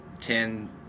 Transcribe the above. ten